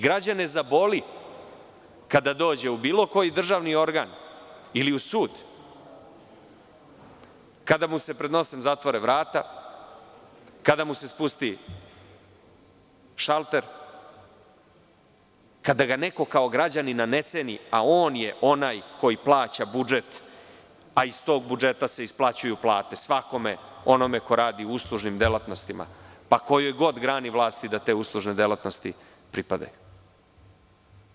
Građane zaboli kada dođu u bilo koji državni organ, ili u sud, kada mu se pred nosem zatvore vrata, kada mu se spusti šalter, kada ga neko kao građanina ne ceni, a on je onaj koji plaća budžet, a iz tog budžeta se isplaćuju plate, svakome onome ko radi u uslužnim delatnostima, kojoj god grani vlasti da te uslužne delatnosti pripadaju.